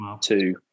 two